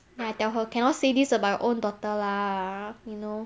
then I tell her cannot say this about your own daughter lah you know